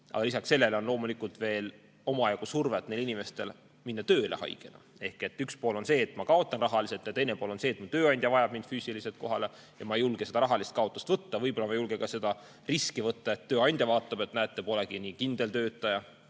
aga lisaks sellele on loomulikult veel omajagu survet neil inimestel minna tööle haigena. Ehk üks pool on see, et ma kaotan rahaliselt, ja teine pool on see, et mu tööandja vajab mind füüsiliselt kohale ja ma ei julge seda rahalist kaotust võtta. Võib-olla ma ei julge ka sellega riskida, et tööandja vaatab, et ma polegi nii kindel töötaja,